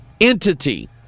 entity